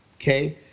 Okay